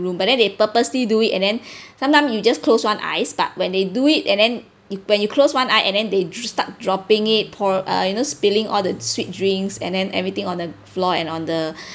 room but then they purposely do it and then sometime you just close [one] eyes but when they do it and then you when you close [one] eye and then they start dropping it pour uh you know spilling all the sweet drinks and then everything on the floor and on the